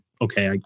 Okay